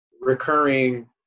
recurring